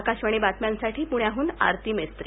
आकाशवाणी बातम्यांसाठी पुण्याहून आरती मेस्त्री